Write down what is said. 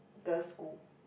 girl school